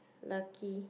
lucky